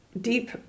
deep